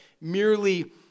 merely